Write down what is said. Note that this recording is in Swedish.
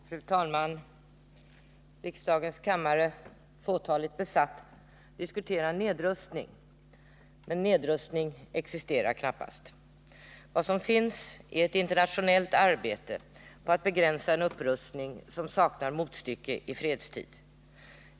Fru talman! Riksdagens kammare, fåtaligt besatt, diskuterar nedrustning — men nedrustning existerar knappast. Vad som finns är ett internationellt arbete på att begränsa en upprustning som saknar motstycke i fredstid.